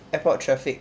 airport traffic